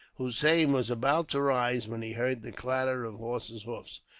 hossein was about to rise, when he heard the clatter of horses' hoofs.